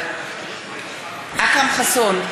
אכרם חסון,